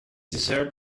dessert